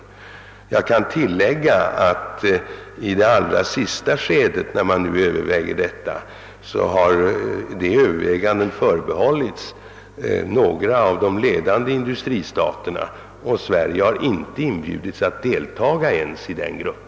Jag kan tillägga att det allra sista skedet i detta övervägande har förbehållits några av de ledande industristaterna. Sverige har inte ens inbjudits att deltaga i denna grupp.